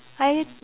I